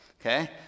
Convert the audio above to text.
okay